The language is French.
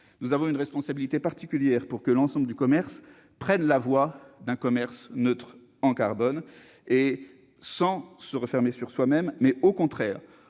Nous avons une responsabilité particulière pour que l'ensemble du commerce prenne la voie d'une neutralité en carbone, sans repli sur soi, mais, au contraire,